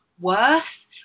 worse